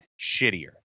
shittier